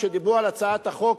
כשדיברו על הצעת החוק,